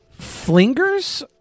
Flingers